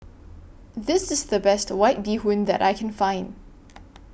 This IS The Best White Bee Hoon that I Can Find